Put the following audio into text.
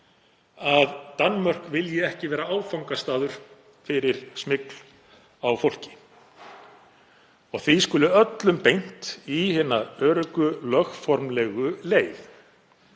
að Danmörk vilji ekki vera áfangastaður fyrir smygl á fólki og því skuli öllum beint í hina öruggu lögformlegu leið,